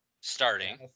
starting